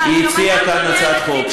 היא הציעה כאן הצעת חוק,